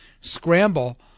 scramble